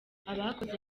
abakoze